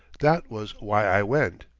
that was why i went.